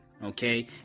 Okay